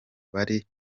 bari